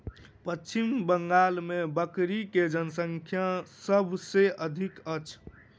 पश्चिम बंगाल मे बकरी के जनसँख्या सभ से अधिक अछि